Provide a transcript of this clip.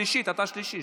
שלישית, אתה שלישי.